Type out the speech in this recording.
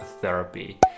Therapy